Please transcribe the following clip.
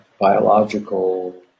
biological